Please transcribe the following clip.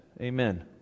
Amen